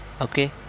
Okay